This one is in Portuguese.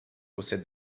você